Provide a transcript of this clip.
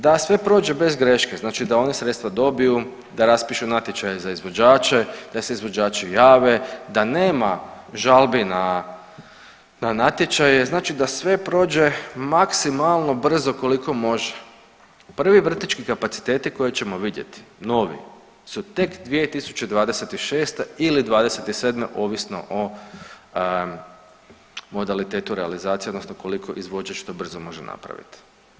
Da sve prođe bez greške, znači da oni sredstva dobiju, da raspišu natječaje za izvođače, da se izvođači jave, da nema žalbi na natječaje, znači da sve prođe maksimalno brzo koliko može, prvi vrtićki kapaciteti koje ćemo vidjeti, novi su tek 2026. ili '27. ovisno o modalitetu realizacije, odnosno koliko izvođač to brzo može napraviti.